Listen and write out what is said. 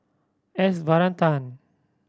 S Varathan